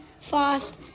fast